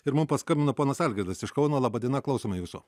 ir mum paskambino ponas algirdas iš kauno laba diena klausome jūsų